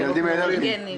הילדים האלרגנים,